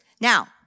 Now